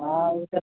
हँ ओ तऽ